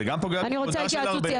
זה גם פוגע בכבודה של ארבל,